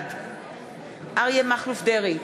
בעד אריה מכלוף דרעי,